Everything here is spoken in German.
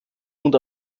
und